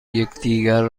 یکدیگر